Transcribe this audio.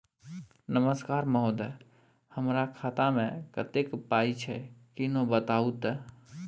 नमस्कार महोदय, हमर खाता मे कत्ते पाई छै किन्ने बताऊ त?